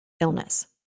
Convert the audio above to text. illness